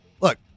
look